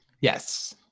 Yes